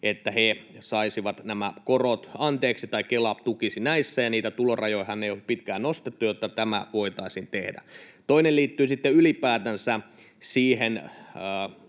että he saisivat nämä korot anteeksi tai Kela tukisi näissä. Niitä tulorajojahan ei ole pitkään aikaan nostettu, jotta tämä voitaisiin tehdä. Toinen liittyy sitten ylipäätänsä siihen